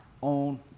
on